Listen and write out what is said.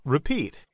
Repeat